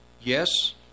Yes